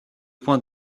point